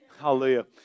hallelujah